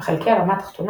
אך חלקי הרמה התחתונה,